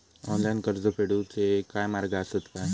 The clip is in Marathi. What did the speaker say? ऑनलाईन कर्ज फेडूचे काय मार्ग आसत काय?